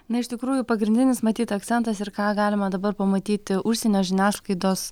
na iš tikrųjų pagrindinis matyt akcentas ir ką galima dabar pamatyti užsienio žiniasklaidos